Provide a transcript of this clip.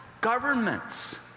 governments